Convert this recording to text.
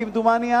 כמדומני,